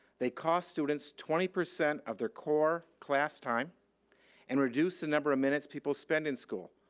they cost students twenty percent of their core class time and reduce the number of minutes people spend in school.